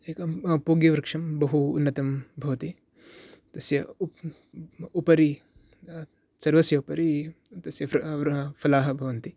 एकं पूगवृक्षं बहु उन्नतं भवति तस्य उपरि सर्वस्य उपरि तस्य फलाः भवन्ति